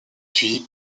puis